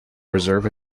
preserve